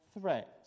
threat